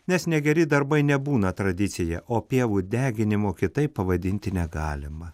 nes negeri darbai nebūna tradicija o pievų deginimo kitaip pavadinti negalima